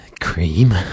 Cream